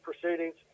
proceedings